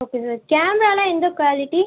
okay sir கேமராவெலாம் எந்த quality